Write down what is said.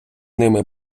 ними